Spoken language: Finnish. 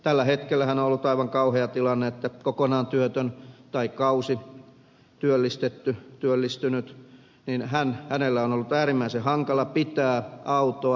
tällä hetkellähän on ollut aivan kauhea tilanne että kokonaan työttömällä tai kausi työllistetty työllistynyt ennen hän kausityöllistyneellä on ollut äärimmäisen hankala pitää autoa